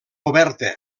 oberta